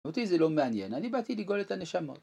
אותי זה לא מעניין, אני באתי לגאול את הנשמות